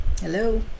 Hello